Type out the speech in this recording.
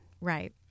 Right